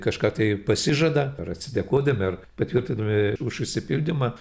kažką tai pasižada ar atsidėkodami ar patvirtindami už išsipildymą pavyzdžiui